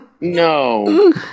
no